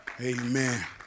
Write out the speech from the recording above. Amen